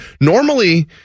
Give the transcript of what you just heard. normally